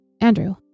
Andrew